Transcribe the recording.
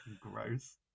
gross